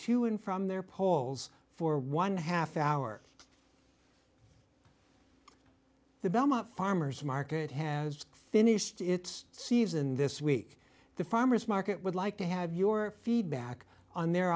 to and from their polls for one half hour the belmont farmer's market has finished its season this week the farmer's market would like to have your feedback on their